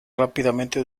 rápidamente